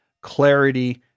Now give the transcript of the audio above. clarity